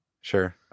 Sure